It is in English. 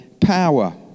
power